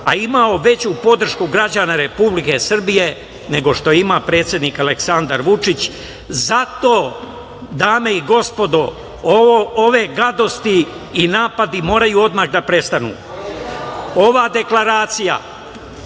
a imao veću podršku građana Republike Srbije nego što ima predsednik Aleksandar Vučić. Zato, dame i gospodo, ove gadosti i napadi moraju odmah da prestanu. Ova deklaracija,